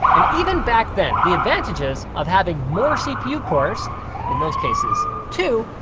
and even back then the advantages of having more cpu cores in those cases, two,